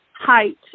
height